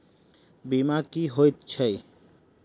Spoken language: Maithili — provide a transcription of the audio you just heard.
बीमा की होइत छी?